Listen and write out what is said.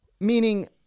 Meaning